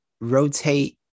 rotate